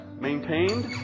maintained